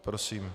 Prosím.